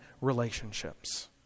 relationships